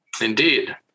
Indeed